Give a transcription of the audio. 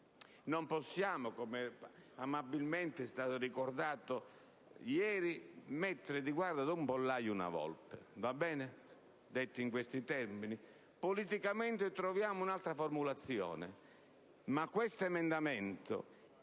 Non possiamo, come amabilmente è stato ricordato ieri, mettere a guardia di un pollaio una volpe. Va bene, detto in questi termini? Politicamente, troviamo un'altra formulazione. Ma questo emendamento